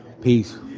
peace